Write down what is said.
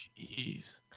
Jeez